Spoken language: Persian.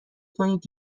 کنید